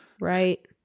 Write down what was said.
right